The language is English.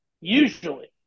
Usually